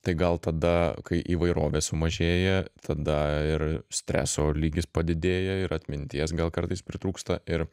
tai gal tada kai įvairovė sumažėja tada ir streso lygis padidėja ir atminties gal kartais pritrūksta ir